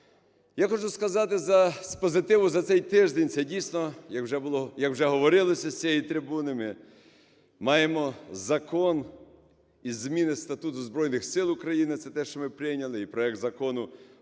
Я хочу сказати, з позитиву за цей тиждень – це, дійсно, як вже говорилося з цієї трибуни, ми маємо закон і зміни Статуту Збройних Сил України, це те, що ми прийняли і проект Закону